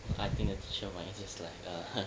I think it sure my just like err !huh!